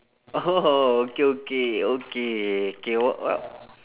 okay okay okay K what what